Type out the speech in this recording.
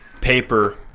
paper